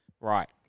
right